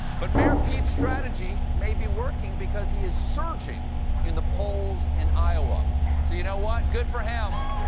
but mayor pete's strategy may be working, because he is surging in the polls in iowa. so you know what? good for him.